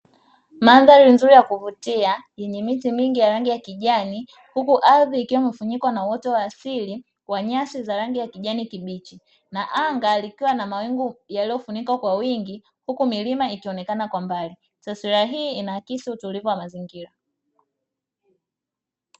Mandhari nzuri ya kuvutia yenye miti mingi ya rangi ya kijani huku ardhi ikiwa imefunikwa na uoto wa asili wa nyasi za rangi ya kijani kibichi na anga likiwa na mawingu yaliyofunikwa kwa wingi huku milima inaonekana kwa mbali, taswira hii inaakisi utulivu wa mazingira.